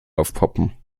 aufpoppen